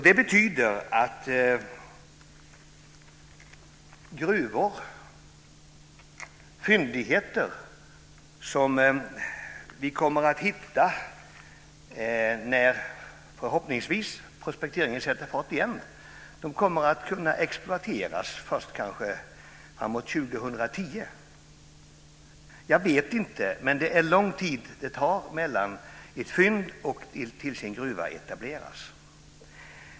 Det betyder att gruvor och fyndigheter som vi hittar när prospekteringen förhoppningsvis sätter fart igen kanske kommer att kunna exploateras först fram emot 2010. Jag vet inte, men det tar lång tid från ett fynd tills en gruva etableras.